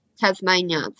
Tasmania